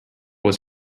was